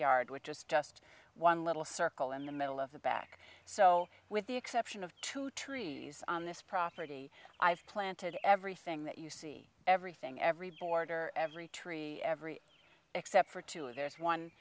yard which is just one little circle in the middle of the back so with the exception of two trees on this property i've planted everything that you see everything every border every tree every except for two and there's one